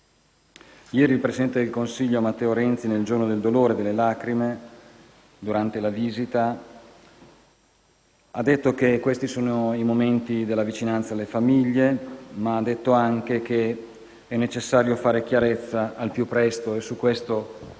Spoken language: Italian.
Ieri, il presidente del Consiglio Matteo Renzi, nel giorno del dolore e delle lacrime, durante la visita ha detto che questi sono i momenti della vicinanza alle famiglie, ma ha anche aggiunto che è necessario fare chiarezza al più presto. Su questo garantiamo